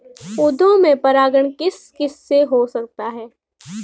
पौधों में परागण किस किससे हो सकता है?